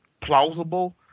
plausible